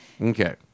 Okay